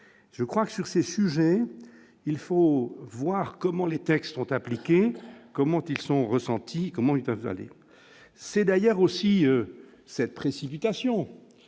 je crois que sur ces sujets, il faut voir comment les textes sont appliquées, comment ils sont ressentis comment ils peuvent aller, c'est d'ailleurs aussi cette précipitation,